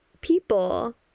people